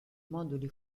moduli